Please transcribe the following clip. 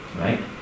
right